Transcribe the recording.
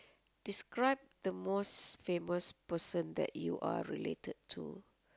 describe the most famous person that you are related to